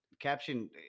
Caption